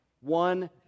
One